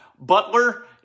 Butler